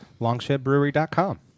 Longshipbrewery.com